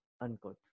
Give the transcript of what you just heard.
unquote